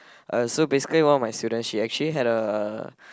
uh so basically one of my students she actually had a